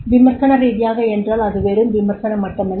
விமர்சன ரீதியாக என்றால் அது வெறும் விமர்சனம் மட்டுமல்ல